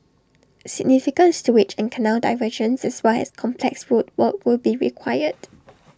significant sewage and canal diversions as well as complex road work will be required